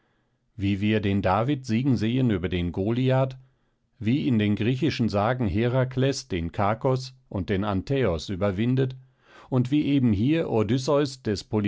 wie wir den david siegen sehen über den goliath wie in den griechischen sagen herakles den kakos und den antäos überwindet und wie eben hier odysseus